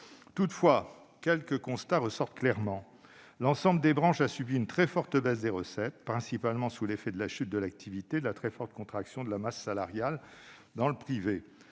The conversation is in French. Toutefois, quelques constats ressortent clairement. L'ensemble des branches a subi une très forte baisse des recettes, principalement sous l'effet de la chute de l'activité et de la très forte contraction de la masse salariale du secteur privé.